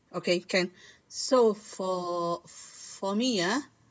okay can so for for me ah